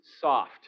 soft